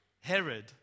Herod